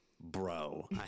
bro